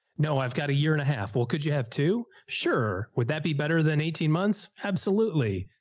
no, i've got a year and a half. well, could you have two? sure. would that be better than eighteen months? absolutely.